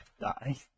die